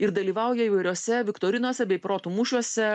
ir dalyvauja įvairiose viktorinose bei protų mūšiuose